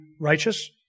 righteous